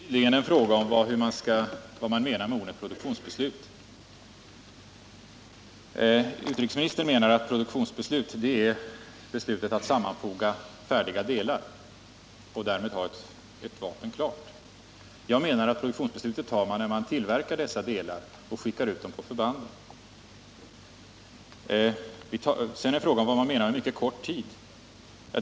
Herr talman! Det är tydligen fråga om vad man menar med ordet produktionsbeslut. Utrikesministern menar att produktionsbeslut är beslutet att sammanfoga färdiga delar och därmed ha ett vapen klart. Jag menar att produktionsbeslutet tar man när man tillverkar dessa delar och skickar ut dem på förbanden. Sedan är det fråga vad man menar med mycket kort tid.